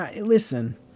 listen